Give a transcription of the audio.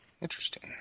Interesting